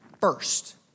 first